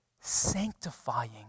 sanctifying